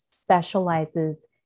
specializes